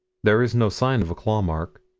there is no sign of a claw-mark.